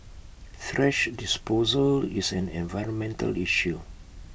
thrash disposal is an environmental issue